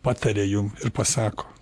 pataria jum ir pasako